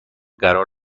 قرار